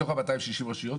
מתוך 260 הרשויות,